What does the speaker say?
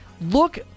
Look